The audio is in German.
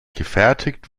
gefertigt